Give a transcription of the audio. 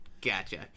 gotcha